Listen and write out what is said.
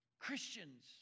Christians